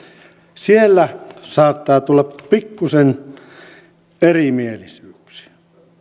siellä saattaa tulla pikkusen erimielisyyksiä